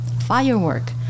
firework